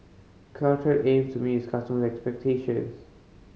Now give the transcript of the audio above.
caltrate aims to meet its customers' expectations